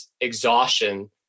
exhaustion